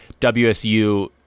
WSU